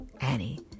Annie